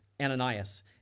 Ananias